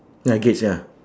ya gates ya